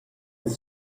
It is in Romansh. ils